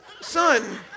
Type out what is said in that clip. son